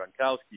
Gronkowski